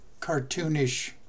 cartoonish